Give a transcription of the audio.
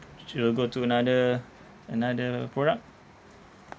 shall we go to another another product